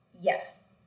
Yes